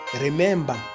Remember